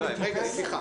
סליחה.